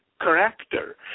character